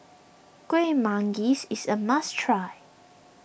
Kueh Manggis is a must try